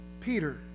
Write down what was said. Peter